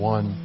One